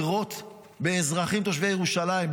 לירות באזרחים תושבי ירושלים,